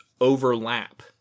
overlap